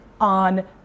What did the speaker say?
on